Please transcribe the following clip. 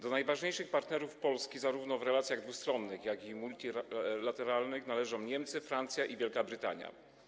Do najważniejszych partnerów Polski, zarówno w relacjach dwustronnych, jak i multilateralnych, należą Niemcy, Francja i Wielka Brytania.